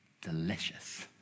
delicious